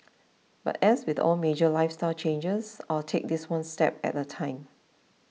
but as with all major lifestyle changes I'll take this one step at a time